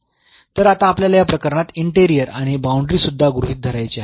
तर आता आपल्याला या प्रकरणात इंटेरिअर आणि बाऊंडरी सुद्धा गृहीत धरायची आहे